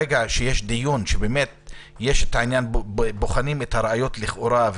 ברגע שיש דיון ובוחנים את הראיות לכאורה.